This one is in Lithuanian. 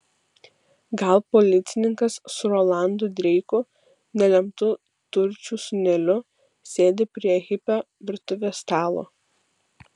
gal policininkas su rolandu dreiku nelemtu turčių sūneliu sėdi prie hipio virtuvės stalo